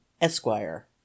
Esquire